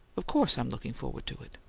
of course i'm looking forward to it.